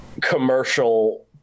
commercial